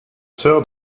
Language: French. sœur